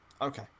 Okay